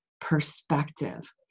perspective